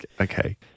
Okay